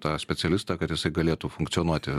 tą specialistą kad jisai galėtų funkcionuoti